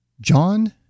John